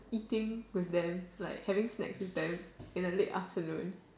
eating with them like having snacks with them in the late afternoon